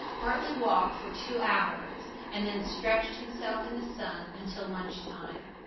bartley walked for two hours, and then stretched himself in the sun until lunch-time.